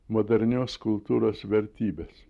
modernios kultūros vertybes